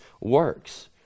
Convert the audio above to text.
works